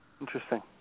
Interesting